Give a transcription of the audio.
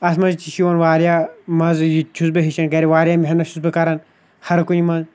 اَتھ منٛز تہِ چھُ یِوان واریاہ مَزٕ یہِ تہِ چھُس بہٕ ہیٚچھان گَرِ واریاہ محنت چھُس بہٕ کَران ہرکُنہِ منٛز